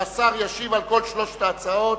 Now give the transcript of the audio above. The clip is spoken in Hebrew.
והשר ישיב על כל שלוש ההצעות.